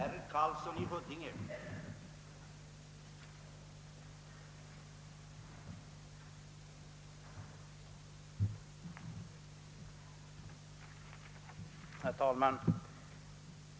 Herr talman!